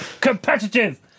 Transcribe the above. competitive